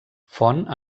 font